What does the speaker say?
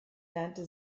lernte